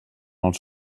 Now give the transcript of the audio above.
els